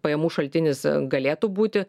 pajamų šaltinis galėtų būti